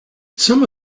some